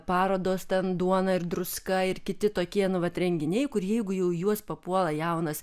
parodos ten duona ir druska ir kiti tokie nu vat renginiai kur jeigu jau juos papuola jaunas